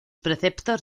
preceptos